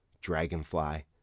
dragonfly